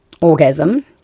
Orgasm